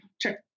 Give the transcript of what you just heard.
Check